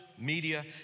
media